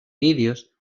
vídeos